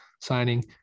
signing